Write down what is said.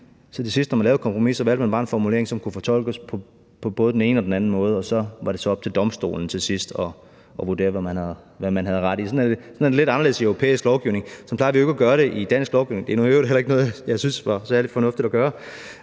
man til sidst, når man lavede et kompromis, en formulering, som kunne fortolkes på både den ene og den anden måde, og så var det op til Domstolen til sidst at vurdere, hvad man havde ret i. Det er lidt anderledes i europæisk lovgivning. Sådan plejer vi jo ikke at gøre det i dansk lovgivning. Det er nu i øvrigt heller ikke noget, jeg syntes var særlig fornuftigt at gøre,